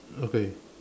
okay